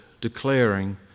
declaring